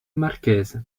marchese